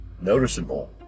noticeable